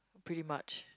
pretty much